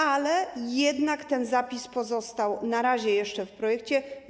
Ale jednak ten zapis pozostał na razie jeszcze w projekcie.